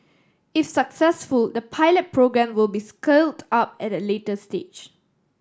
if successful the pilot programme will be scaled up at a later stage